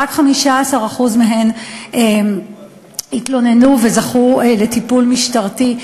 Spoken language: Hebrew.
ורק 15% מהן התלוננו וזכו לטיפול משטרתי.